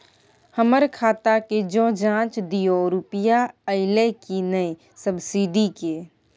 हमर खाता के ज जॉंच दियो रुपिया अइलै की नय सब्सिडी के?